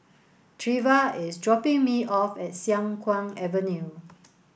Treva is dropping me off at Siang Kuang Avenue